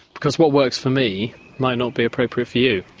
because what works for me might not be appropriate for you.